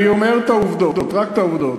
אני אומר את העובדות, רק את העובדות.